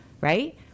right